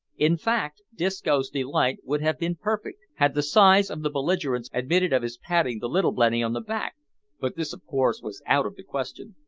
in fact disco's delight would have been perfect, had the size of the belligerents admitted of his patting the little blenny on the back but this of course was out of the question!